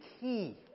key